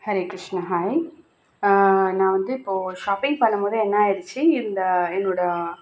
Hare Krishna hi நான் வந்து இப்போது ஷாப்பிங் பண்ணும்போது என்ன ஆகிடுச்சி இந்த என்னோடய